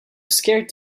scared